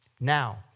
Now